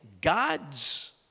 God's